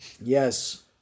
Yes